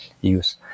use